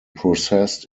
processed